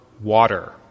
Water